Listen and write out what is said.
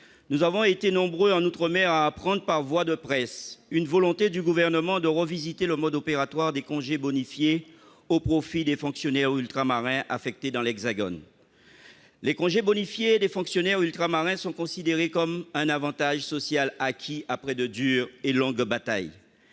nous avons été nombreux en outre-mer à apprendre, par voie de presse, la volonté du Gouvernement de revisiter le mode opératoire des congés bonifiés, au profit des fonctionnaires ultramarins affectés dans l'hexagone. Ces congés bonifiés sont considérés comme un avantage social acquis après de dures et longues batailles.